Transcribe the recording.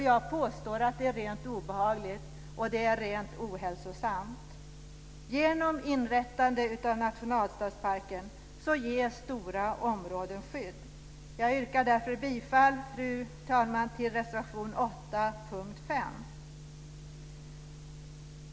Jag påstår att det är rent obehagligt och rent ohälsosamt. Genom inrättandet av nationalstadsparker ges stora områden skydd. Jag yrkar därför bifall, fru talman, till reservation 8 under punkt 5.